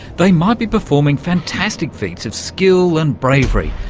they might be performing fantastic feats of skill and bravery,